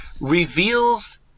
reveals